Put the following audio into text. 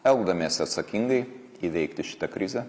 elgdamiesi atsakingai įveikti šitą krizę